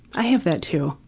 i have that too.